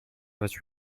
was